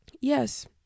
yes